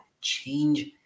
change